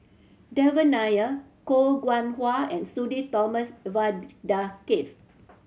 Devan Nair Koh Nguang How and Sudhir Thomas Vadaketh